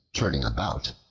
turning about,